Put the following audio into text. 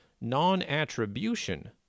Non-Attribution